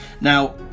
now